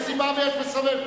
יש סיבה ויש מסובב,